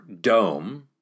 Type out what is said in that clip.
dome